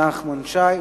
נחמן שי,